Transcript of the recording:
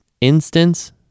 instance